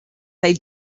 they